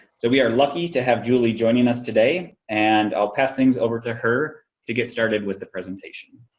so we are lucky to have julie joining us today. and i'll pass things over to her to get started with the presentation.